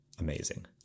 Amazing